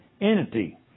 entity